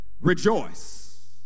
rejoice